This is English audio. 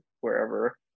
wherever